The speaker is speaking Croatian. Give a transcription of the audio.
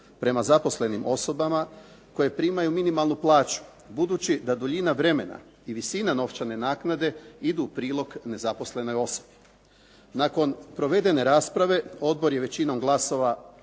prema zaposlenim osobama koje primaju minimalnu plaću budući da duljina vremena i visina novčane naknade idu u prilog nezaposlenoj osobi. Nakon provedene rasprave odbor je većinom glasova,